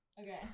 Okay